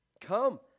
come